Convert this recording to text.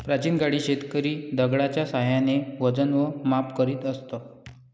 प्राचीन काळी शेतकरी दगडाच्या साहाय्याने वजन व माप करीत असत